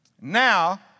Now